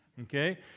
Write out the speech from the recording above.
okay